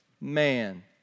man